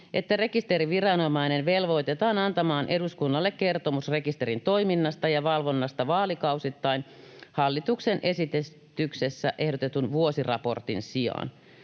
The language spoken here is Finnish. että rekisteriviranomainen velvoitetaan antamaan eduskunnalle kertomus rekisterin toiminnasta ja valvonnasta vaalikausittain hallituksen esityksessä ehdotetun vuosiraportin sijaan.